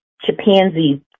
chimpanzees